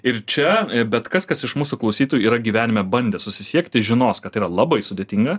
ir čia bet kas kas iš mūsų klausytojų yra gyvenime bandė susisiekti žinos kad tai yra labai sudėtinga